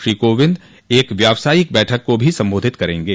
श्री कोविंद एक व्यावसायिक बैठक को भी संबोधित करेंगे